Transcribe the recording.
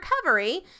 recovery